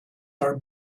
are